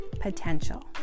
potential